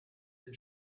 den